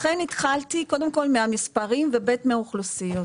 לכן התחלתי קודם כל מהמספרים, ו-ב', מהאוכלוסיות.